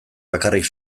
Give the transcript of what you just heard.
bakarrik